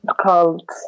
called